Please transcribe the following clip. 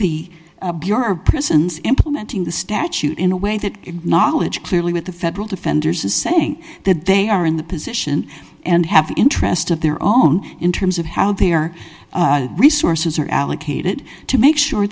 of prisons implementing the statute in a way that knowledge clearly with the federal defenders is saying that they are in the position and have interests of their own in terms of how their resources are allocated to make sure